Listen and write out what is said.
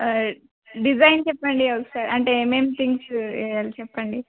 design చెప్పండి ఒకసారి అంటే ఏమేం థింగ్స్ చెప్పండి